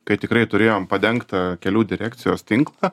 kai tikrai turėjom padengtą kelių direkcijos tinklą